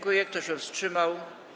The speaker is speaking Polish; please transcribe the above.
Kto się wstrzymał?